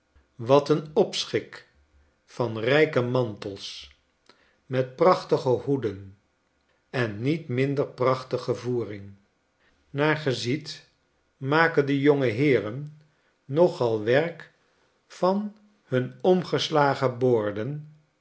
wat n opschik van rijke mantels met prachtige hoeden en niet minder prachtige voering naar ge ziet maken de jonge heeren nogal werk van hun omgeslagen boorden